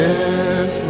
Yes